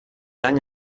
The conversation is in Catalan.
any